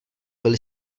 byli